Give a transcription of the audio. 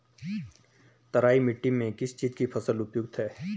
तराई मिट्टी में किस चीज़ की फसल उपयुक्त है?